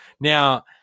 now